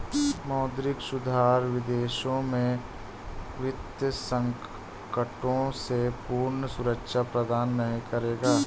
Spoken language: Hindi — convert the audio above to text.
मौद्रिक सुधार विदेशों में वित्तीय संकटों से पूर्ण सुरक्षा प्रदान नहीं करेगा